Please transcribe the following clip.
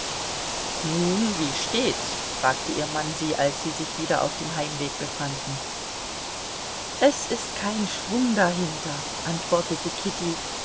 nun wie steht's fragte ihr mann sie als sie sich wieder auf dem heimweg befanden es ist kein schwung dahinter antwortete kitty